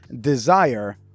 desire